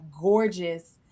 gorgeous